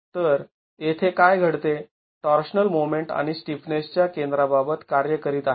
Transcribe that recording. तर येथे काय घडते टॉर्शनल मोमेंट आणि स्टिफनेसच्या केंद्राबाबत कार्य करीत आहे